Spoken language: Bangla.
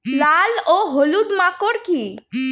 লাল ও হলুদ মাকর কী?